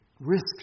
Risk